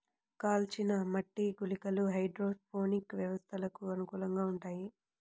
కాల్చిన మట్టి గుళికలు హైడ్రోపోనిక్ వ్యవస్థలకు అనుకూలంగా ఉంటాయి